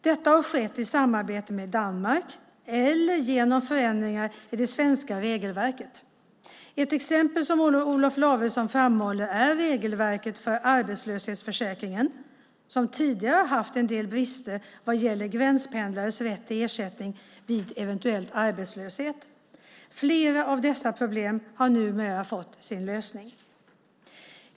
Detta har skett i samarbete med Danmark eller genom förändringar i det svenska regelverket. Ett exempel är, som Olof Lavesson framhåller, regelverket för arbetslöshetsförsäkringen som tidigare haft en del brister vad gäller gränspendlares rätt till ersättning vid eventuell arbetslöshet. Flera av dessa problem har numera fått sin lösning.